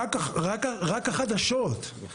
רק החדשות.